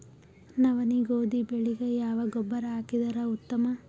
ನವನಿ, ಗೋಧಿ ಬೆಳಿಗ ಯಾವ ಗೊಬ್ಬರ ಹಾಕಿದರ ಉತ್ತಮ?